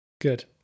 Good